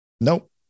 Nope